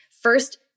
first